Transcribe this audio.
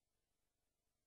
אנחנו,